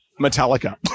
Metallica